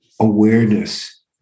awareness